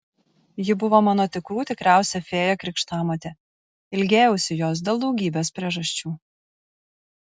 ji buvo mano tikrų tikriausia fėja krikštamotė ilgėjausi jos dėl daugybės priežasčių